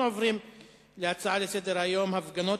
אנחנו עוברים להצעות לסדר-היום מס' 846,